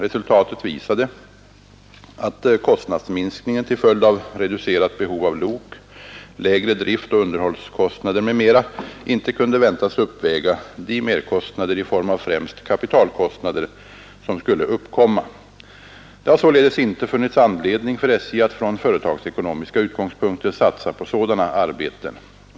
Resultatet visade att kostnadsminskningen till följd av reducerat behov av lok, lägre driftoch underhållskostnader m.m. inte kunde väntas uppväga de merkostnader i form av främst kapitalkostnader som skulle uppkomma. Det har således inte funnits anledning för SJ att från företagsekonomiska utgångspunkter satsa på sådana arbeten.